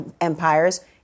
empires